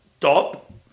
top